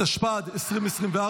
התשפ"ד 2024,